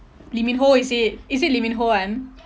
lee min ho is it is it lee min ho [one]